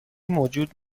موجود